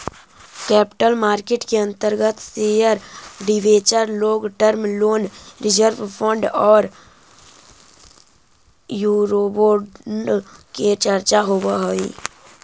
capital market के अंतर्गत share debenture long term loan reserve fund औउर यूरोबोंड के चर्चा होवऽ हई